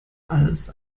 als